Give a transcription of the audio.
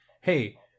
hey